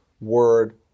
word